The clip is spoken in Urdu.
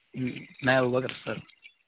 میں ابوبکر سر